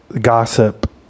gossip